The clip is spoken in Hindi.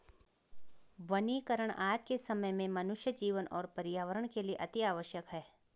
वनीकरण आज के समय में मनुष्य जीवन और पर्यावरण के लिए अतिआवश्यक है